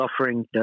offering